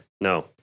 No